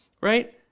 right